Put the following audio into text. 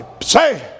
say